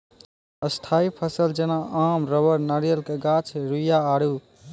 स्थायी फसल जेना आम रबड़ नारियल के गाछ रुइया आरु